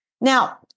Now